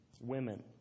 women